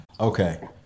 Okay